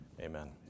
Amen